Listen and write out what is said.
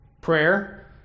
Prayer